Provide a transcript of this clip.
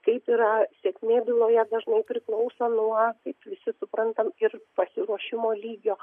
kaip yra sėkmė byloje dažnai priklauso nuo kaip visi suprantam ir pasiruošimo lygio